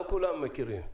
לא כולם מכירים.